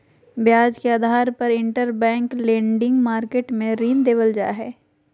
ब्याज के आधार पर इंटरबैंक लेंडिंग मार्केट मे ऋण देवल जा हय